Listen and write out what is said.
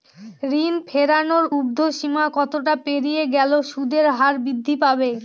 ঋণ ফেরানোর উর্ধ্বসীমা কতটা পেরিয়ে গেলে সুদের হার বৃদ্ধি পাবে?